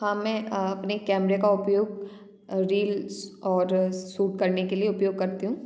हाँ मैं अपने कैमरे का उपयोग रील्स और सूट करने के लिए उपयोग करती हूँ